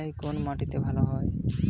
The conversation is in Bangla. কুলত্থ কলাই কোন মাটিতে ভালো হয়?